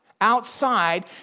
outside